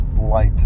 light